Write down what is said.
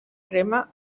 crema